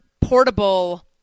portable